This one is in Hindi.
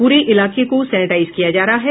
पूरे इलाके को सेनेटाईज किया जा रहा है